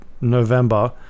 november